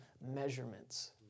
measurements